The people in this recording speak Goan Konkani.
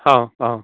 हा हा